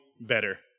better